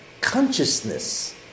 consciousness